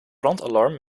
brandalarm